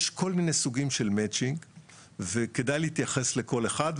יש כל מיני סוגים של מצ'ינג וכדאי להתייחס לכל אחד,